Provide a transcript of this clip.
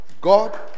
God